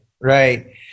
right